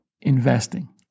investing